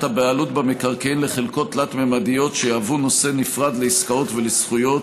הבעלות במקרקעין לחלקות תלת-ממדיות שיהוו נושא נפרד לעסקאות ולזכויות